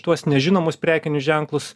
tuos nežinomus prekinius ženklus